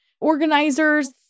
organizers